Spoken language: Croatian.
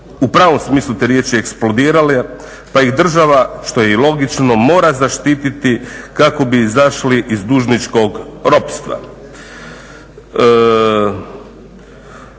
u pravom smislu te riječi eksplodirale pa ih država što je i logično mora zaštititi kako bi izašli iz dužničkog ropstva.